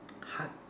heart